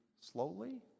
Slowly